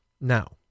Now